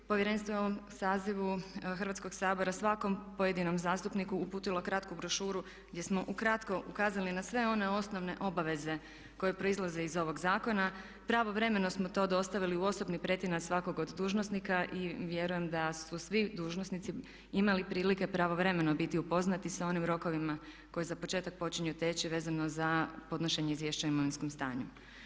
Povjerenstvo je u ovom sazivu Hrvatskoga sabora svakom pojedinom zastupnikom uputilo kratku brošuru gdje smo ukratko ukazali na sve one osnovne obaveze koje proizlaze iz ovog zakona, pravovremeno smo to dostavili u osobni pretinac svakog od dužnosnika i vjerujem da su svi dužnosnici imali prilike pravovremeno upoznati sa onim rokovima koji za početak počinju teći vezano za podnošenje izvješća o imovinskom stanju.